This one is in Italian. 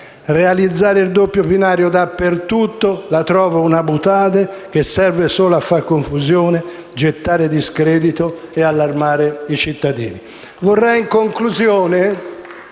realizzare il doppio binario dappertutto, la trovo una *boutade* che serve solo a fare confusione, gettare discredito e allarmare i cittadini.